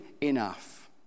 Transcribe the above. enough